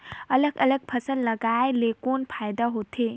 अलग अलग फसल लगाय ले कौन फायदा होथे?